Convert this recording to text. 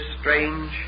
strange